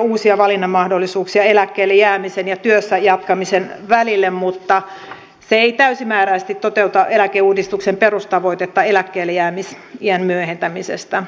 uusia valinnanmahdollisuuksia eläkkeelle jäämisen ja työssä jatkamisen välille mutta se ei täysimääräisesti toteuta eläkeuudistuksen perustavoitetta eläkkeellejäämisiän myöhentämisestä